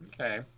Okay